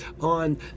on